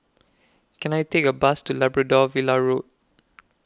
Can I Take A Bus to Labrador Villa Road